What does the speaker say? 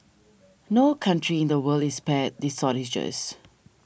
no country in the world is spared these shortages